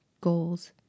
goals